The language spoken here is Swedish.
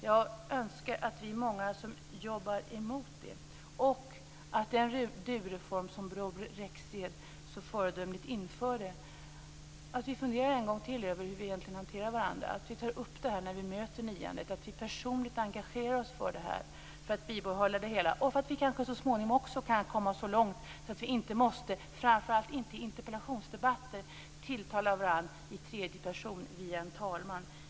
Jag önskar att vi blir många som jobbar emot detta och att den du-reform som Bror Rexed så föredömligt införde får oss att en gång till fundera över hur vi hanterar varandra, att vi tar upp detta när vi möter niandet och personligt engagerar oss för att bibehålla duandet. Så småningom kanske vi också kan komma så långt att vi inte måste, framför allt i interpellationsdebatter, tilltala varandra i tredje person via en talman.